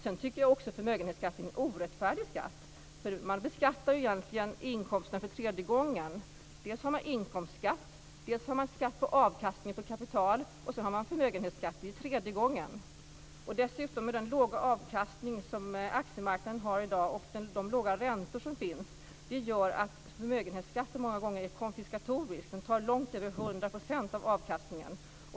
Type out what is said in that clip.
Jag tycker också att förmögenhetsskatten är en orättfärdig skatt, för den innebär egentligen att inkomsterna beskattas tre gånger. Dels betalar man inkomstskatt, dels skatt på avkastning på kapital och sedan förmögenhetsskatt tredje gången. Den låga avkastning som aktiemarknaden har i dag och de låga räntorna gör dessutom att förmögenhetsskatten många gånger är konfiskatorisk. Den tar långt över hundra procent av avkastningen.